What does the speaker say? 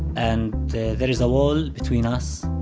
and there there is a wall between us.